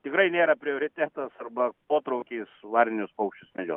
tikrai nėra prioritetas arba potraukis varninius paukščius medžiot